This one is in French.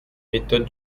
méthode